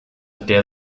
der